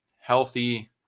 healthy